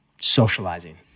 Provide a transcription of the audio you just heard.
socializing